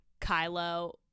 Kylo